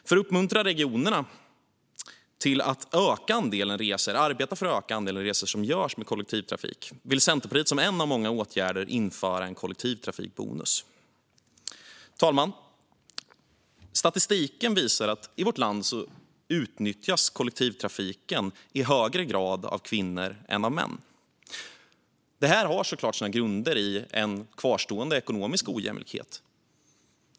För att uppmuntra regionerna att arbeta för att öka andelen resor som görs med kollektivtrafik vill Centerpartiet som en av många åtgärder införa en kollektivtrafikbonus. Herr talman! Statistiken visar att i vårt land nyttjas kollektivtrafik i högre grad av kvinnor än av män. Det har såklart sin grund i en kvarstående ekonomisk ojämlikhet.